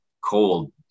cold